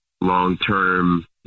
long-term